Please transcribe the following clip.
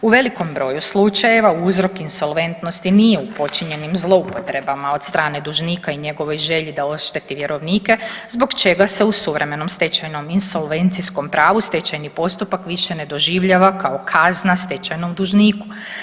U velikom broju slučajeva uzrok insolventnosti nije u počinjenim zloupotrebama od strane dužnika i njegovoj želji da ošteti vjerovnike zbog čega se u suvremenom stečajnom insolvencijskom pravu stečajni postupak više ne doživljava kao kazna stečajnom dužniku.